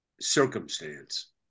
circumstance